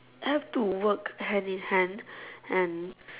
have to work hand in hand and